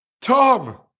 Tom